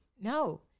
No